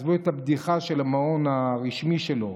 ועזבו את הבדיחה של המעון הרשמי שלו.